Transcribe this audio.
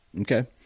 Okay